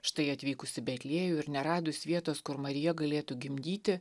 štai atvykus į betliejų ir neradus vietos kur marija galėtų gimdyti